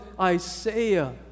Isaiah